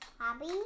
Abby